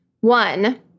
One